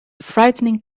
frightening